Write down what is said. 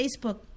Facebook